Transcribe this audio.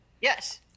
Yes